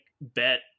bet